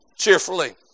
cheerfully